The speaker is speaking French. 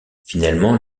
finalement